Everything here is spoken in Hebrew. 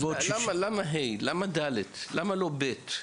למה כיתות ה' או ד', למה לא כיתות ב'?